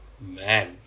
Man